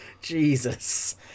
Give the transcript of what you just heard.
Jesus